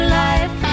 life